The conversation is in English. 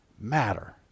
Matter